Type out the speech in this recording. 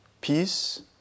peace